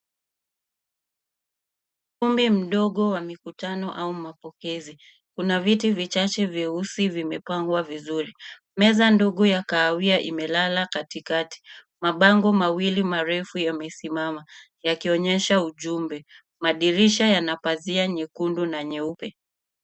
Ukumbi mdogo wa mikutano au mapokezi, kuna viti vichache vyeusi vimepangwa vizuri. Meza ndogo ya kahawia imelala katikati. Mabango mawili marefu yamesimama, yakionyesha ujumbe. Madirisha yana pazia nyekundu na nyeupe.